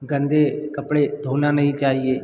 गंदे कपड़े धोना नहीं चाहिए